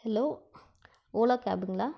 hello Ola கேப்புங்களா